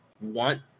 want